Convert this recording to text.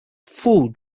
food